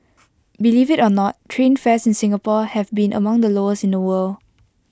believe IT or not train fares in Singapore have been among the lowest in the world